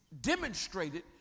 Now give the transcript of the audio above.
demonstrated